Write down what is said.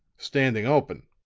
standing open.